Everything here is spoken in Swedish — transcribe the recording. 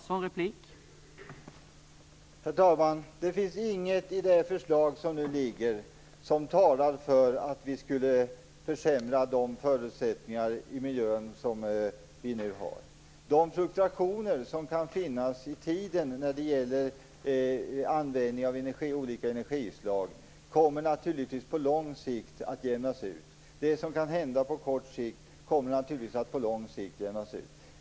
Herr talman! Det finns ingenting i det förslag som nu lagts fram som talar för att vi skulle försämra förutsättningarna i miljön. De fluktuationer som kan finnas i tiden när det gäller användningen av olika energislag kommer naturligtvis på lång sikt att jämnas ut. Det som kan hända på kort sikt kommer naturligtvis att på lång sikt jämnas ut.